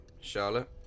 Charlotte